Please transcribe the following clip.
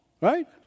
right